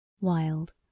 Wild